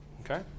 Okay